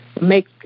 make